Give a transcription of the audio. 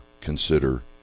consider